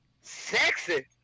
sexy